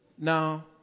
Now